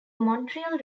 montreal